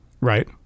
Right